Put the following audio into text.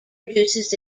produces